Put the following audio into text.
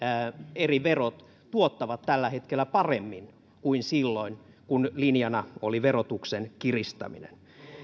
eri verot tuottavat tällä hetkellä paremmin kuin silloin kun linjana oli verotuksen kiristäminen